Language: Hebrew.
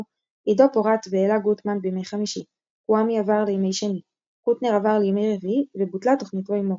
בתחילה למשך שעתיים בכל יום ובהמשך הורחבה התוכנית לשלוש